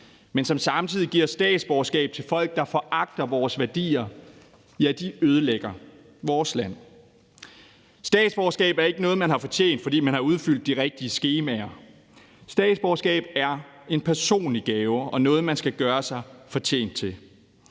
men som samtidig giver statsborgerskab til folk, der foragter vores værdier, ødelægger vores land. Statsborgerskab er ikke noget, man har fortjent, fordi man har udfyldt de rigtige skemaer. Statsborgerskab er en personlig gave og noget, man skal gøre sig fortjent til.